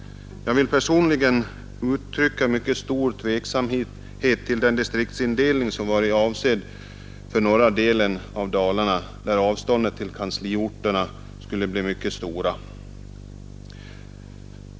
Jag vill personligen uttrycka mycket stor tveksamhet till den distriktsindelning som varit avsedd för norra delen av Dalarna, där avstånden till kansliorterna skulle bli mycket stora.